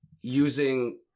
Using